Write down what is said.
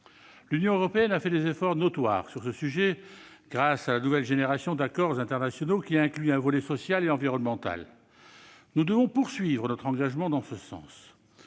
L'Union européenne a consenti des efforts notables sur ce sujet, grâce à la nouvelle génération d'accords internationaux qui inclut un volet social et environnemental. Nous devons poursuivre notre engagement dans ce sens.